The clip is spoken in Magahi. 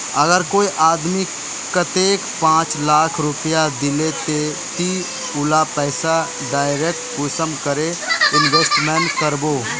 अगर कोई आदमी कतेक पाँच लाख रुपया दिले ते ती उला पैसा डायरक कुंसम करे इन्वेस्टमेंट करबो?